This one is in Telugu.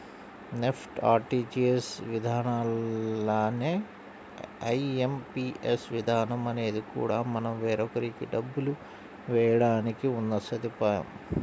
నెఫ్ట్, ఆర్టీజీయస్ విధానాల్లానే ఐ.ఎం.పీ.ఎస్ విధానం అనేది కూడా మనం వేరొకరికి డబ్బులు వేయడానికి ఉన్న సదుపాయం